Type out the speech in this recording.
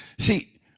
See